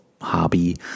hobby